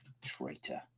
traitor